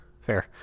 fair